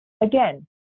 Again